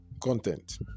content